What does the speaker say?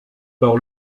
par